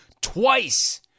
twice